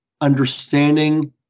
understanding